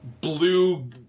blue